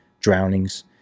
drownings